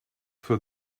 for